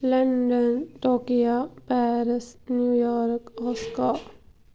London Tokyo Paris New York alaska